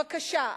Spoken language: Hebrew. בבקשה.